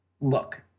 look